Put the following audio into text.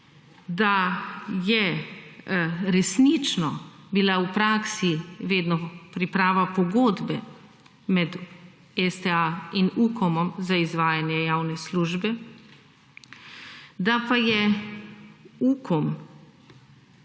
da je resnično bila v praksi vedno priprava pogodbe med STA in Ukomom za izvajanje javne službe, da pa je Ukom